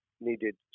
needed